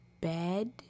Bed